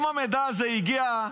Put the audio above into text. אם המידע הזה הגיע,